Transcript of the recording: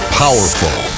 powerful